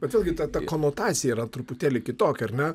bet vėlgi ta ta konotacija yra truputėlį kitokia ar ne